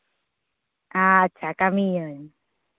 ᱟᱪᱪᱷᱟ ᱠᱟᱹᱢᱤᱭᱟᱹᱧ